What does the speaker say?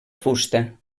fusta